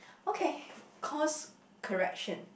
okay course correction